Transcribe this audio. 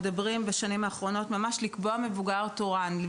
בשנים האחרונות אנחנו ממש מדברים על לקבוע מבוגר תורן,